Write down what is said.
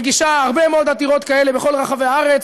מגישה הרבה מאוד עתירות כאלה בכל רחבי הארץ,